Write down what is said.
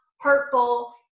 hurtful